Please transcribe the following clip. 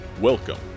Welcome